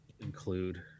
Include